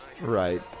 Right